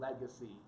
legacy